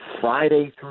Friday